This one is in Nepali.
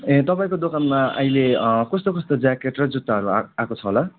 ए तपाईँको दोकानमा अहिले कस्तो कस्तो ज्याकेट र जुत्ताहरू आ आएको छ होला